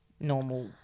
normal